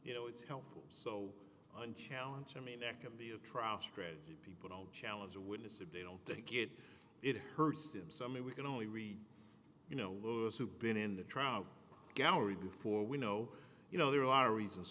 you know it's helpful so and challenge i mean after be a trial strategy people don't challenge a witness if they don't think it it hurts them so i mean we can only read you know who been in the trial gallery before we know you know there are reasons